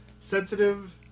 sensitive